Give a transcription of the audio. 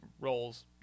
roles